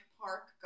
Park